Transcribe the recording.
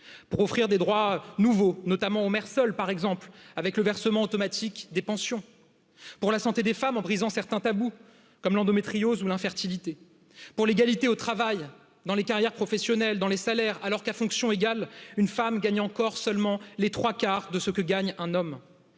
pour offrir des droits nouveaux, notamment au Mercola, exemple avec le versement automatique des pensions pour la santé des femmes en brisant certains tabous comme l'endométriose ou l'infertilité pour l'égalité au travail dans les carrières professionnelles dans les salaires alors qu'à fonctions égales une femme gagne encore seulement les trois quarts de ce que gagnante un homme